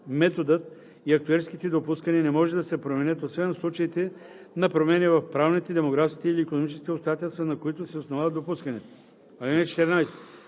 методът и актюерските допускания не може да се променят, освен в случаите на промени в правните, демографските или икономическите обстоятелства, на които се основават допусканията. (14)